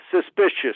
suspicious